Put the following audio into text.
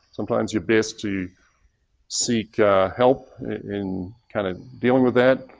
sometimes you're best to seek help in kind of dealing with that.